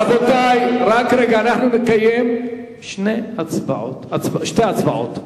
רבותי, אנחנו נקיים שתי הצבעות,